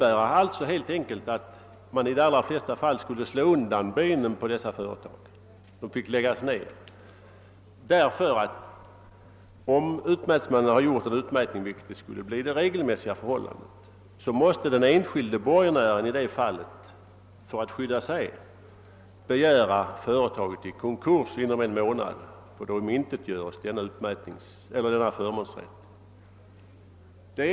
Man skulle på detta sätt i de flesta fall slå undan benen på företaget, som måste läggas ned. Om utmätningsmannen har gjort en utmätning — vilket skulle bli regel — måste den enskilde borgenären för att skydda sig begära företaget i konkurs inom en månad för att därigenom omintetgöra denna förmånsrätt.